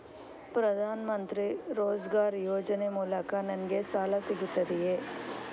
ಪ್ರದಾನ್ ಮಂತ್ರಿ ರೋಜ್ಗರ್ ಯೋಜನೆ ಮೂಲಕ ನನ್ಗೆ ಸಾಲ ಸಿಗುತ್ತದೆಯೇ?